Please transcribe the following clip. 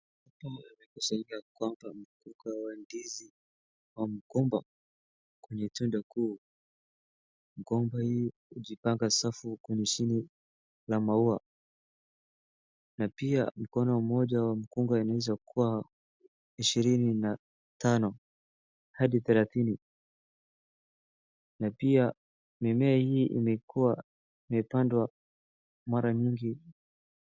Hapa ni kusaidia kwamba mkunga wa ndizi au mgomba kweye tunda kuu, mgomba hii hujipanga safi kwenye shina la maua. Na pia mkono mmoja wa mkunga inaweza kuwa ishirini na tano hadi thelatini, na pia mimea hii inakuwa imepandwa mara nyingi.